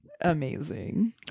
amazing